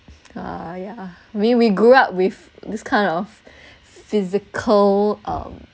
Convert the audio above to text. uh yeah we we grew up with this kind of physical um